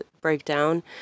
breakdown